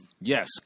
Yes